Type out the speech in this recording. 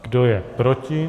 Kdo je proti?